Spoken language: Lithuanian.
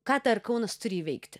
ką dar kaunas turi įveikti